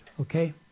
okay